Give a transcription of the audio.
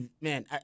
Man